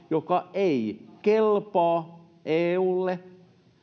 joka ei kelpaa eulle